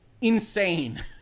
insane